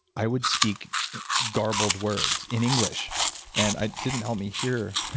i would speak gabbled words in english and i didn't help me hear.